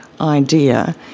idea